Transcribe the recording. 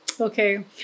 Okay